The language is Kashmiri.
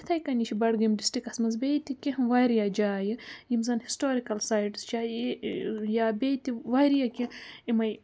یِتھَے کٔنی چھُ بَڈگٲمۍ ڈِسٹِرٛکَس منٛز بیٚیہِ تہِ کیٚنٛہہ واریاہ جایہِ یِم زَن ہِسٹورِکَل سایٹٕس یا بیٚیہِ تہِ واریاہ کیٚنٛہہ یِمَے